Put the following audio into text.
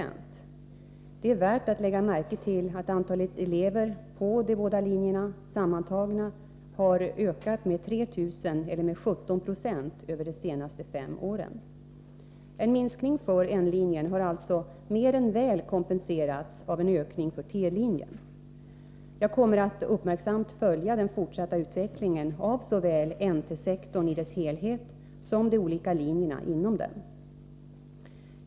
Det är värt att lägga märke till att antalet elever på de båda linjerna sammantagna har ökat med 3 000 eller med 17 90 över de senaste fem åren. En minskning för N-linjen har alltså mer än väl kompenserats av en ökning för T-linjen. Jag kommer att uppmärksamt följa den fortsatta utvecklingen av såväl NT sektorn i dess helhet som de olika linjerna inom den.